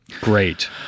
Great